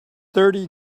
thirty